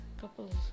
couples